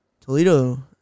Toledo